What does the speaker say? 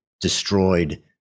destroyed